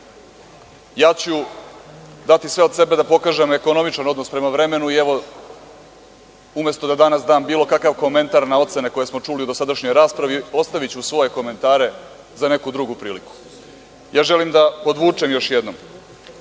ću dati sve od sebe da pokažem ekonomičan odnos prema vremenu i evo umesto da danas dam bilo kakav komentar na ocene koje smo čuli u dosadašnjoj raspravi, ostaviću svoje komentare za neku drugu priliku. Ja želim da podvučem još jednom